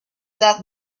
that